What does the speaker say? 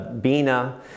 Bina